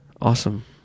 Awesome